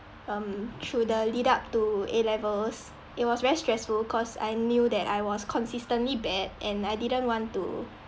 um through the lead up to A levels it was very stressful cause I knew that I was consistently bad and I didn't want to